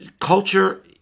culture